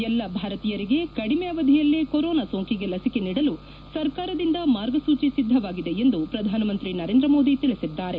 ಎಲ್ಲ ಭಾರತೀಯರಿಗೆ ಕಡಿಮ ಅವಧಿಯಲ್ಲೇ ಕೊರೋನಾ ಸೋಂಕಿಗೆ ಲಸಿಕೆ ನೀಡಲು ಸರ್ಕಾರದಿಂದ ಮಾರ್ಗಸೂಚಿ ಸಿದ್ದವಾಗಿದೆ ಎಂದು ಪ್ರಧಾನಮಂತ್ರಿ ನರೇಂದ್ರ ಮೋದಿ ತಿಳಿಸಿದ್ದಾರೆ